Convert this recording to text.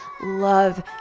love